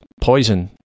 poison